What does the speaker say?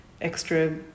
extra